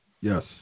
Yes